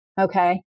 okay